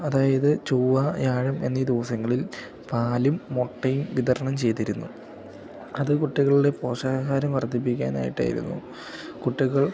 അതായത് ചൊവ്വ വ്യാഴം എന്നീ ദിവസങ്ങളിൽ പാലും മുട്ടയും വിതരണം ചെയ്തിരുന്നു അത് കുട്ടികളുടെ പോഷകാഹാരം വർദ്ധിപ്പിക്കാനായിട്ട് ആയിരുന്നു കുട്ടികൾ